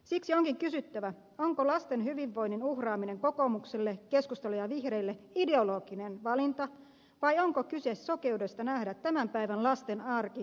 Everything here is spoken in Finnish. siksi onkin kysyttävä onko lasten hyvinvoinnin uhraaminen kokoomukselle keskustalle ja vihreille ideologinen valinta vai onko kyse sinivihreiden vallanpitäjien keskuudessa niin syvästä sokeudesta nähdä tämän päivän lasten arki